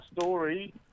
story